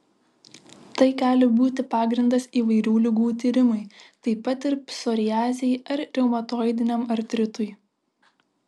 tai gali būti pagrindas įvairių ligų tyrimui taip pat ir psoriazei ar reumatoidiniam artritui